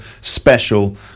special